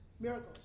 Miracles